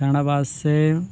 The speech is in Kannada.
ಕನ್ನಡ ಭಾಷೆ